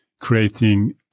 creating